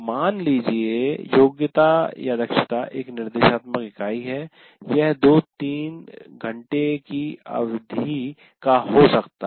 मान लीजिए कि योग्यता दक्षता एक निर्देशात्मक इकाई है यह 2 से 4 घंटे की अवधि का हो सकता है